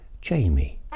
Jamie